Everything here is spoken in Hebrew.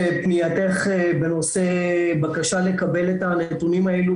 פנייתך בנושא בקשה לקבל את הנתונים האלו,